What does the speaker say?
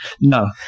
No